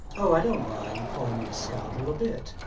oh, i don't mind you calling me a scoundrel a bit.